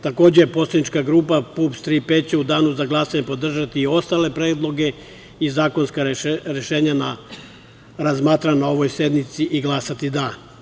Takođe, Poslanička grupa PUPS „Tri P“ će u danu za glasanje podržati i ostale predloge i zakonska rešenja razmatrana na ovoj sednici i glasati za.